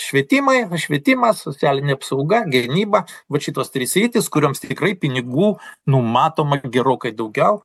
švietimai švietimas socialinė apsauga gynyba vat šitos trys sritys kurioms tikrai pinigų numatoma gerokai daugiau